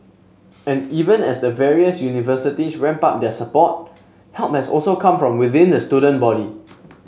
and even as the various universities ramp up their support help has also come from within the student body